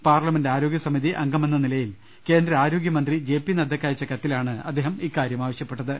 parliament ആരോഗ്യ സമിതി അംഗമെന്ന നിലയിൽ കേന്ദ്രആരോഗ്യമന്ത്രി ജെ പി നദ്ദക്കയച്ച കത്തിലാണ് അദ്ദേഹം ഇക്കാര്യം ആവശ്യപ്പെട്ടത്